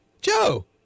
Joe